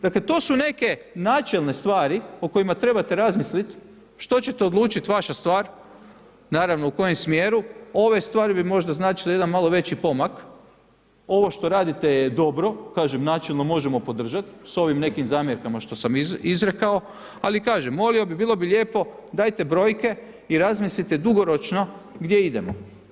Dakle to su neke načelne stvari o kojima trebate razmislit, što ćete odlučit vaša stvar, naravno u kojem smjeru, ove stvari bi možda značile jedan malo veći pomak, ovo što radite je dobro, kažem načelno možemo podržat s ovim nekim zamjerkama što sam izrekao, ali kažem, molio bih, bilo bi lijepo dajte brojke i razmislite dugoročno gdje idemo.